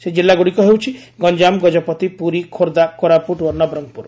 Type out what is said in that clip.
ସେହି ଜିଲ୍ଲାଗୁଡ଼ିକ ହେଉଛି ଗଞାମ ଗକପତି ପୁରୀ ଖୋର୍ଦ୍ଧା କୋରାପୁଟ ଓ ନବରଙ୍ଗପୁର